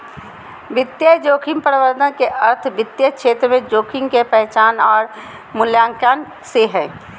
वित्तीय जोखिम प्रबंधन के अर्थ वित्त क्षेत्र में जोखिम के पहचान आर मूल्यांकन से हय